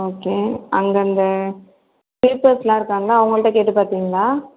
okay அங்கே அந்த sweepers எல்லாம் இருக்காங்கள்ல அவங்கள்கிட்ட பார்த்தீங்களா